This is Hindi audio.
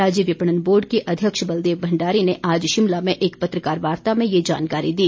राज्य विपणन बोर्ड के अध्यक्ष बलदेव भंडारी ने आज शिमला में एक पत्रकार वार्ता में यह जानकारी दी